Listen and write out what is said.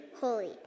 Holy